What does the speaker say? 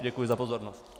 Děkuji za pozornost.